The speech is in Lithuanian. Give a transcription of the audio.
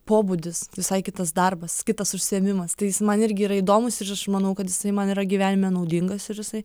pobūdis visai kitas darbas kitas užsiėmimas tai jis man irgi yra įdomus ir aš manau kad jisai man yra gyvenime naudingas ir jisai